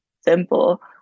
simple